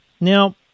Now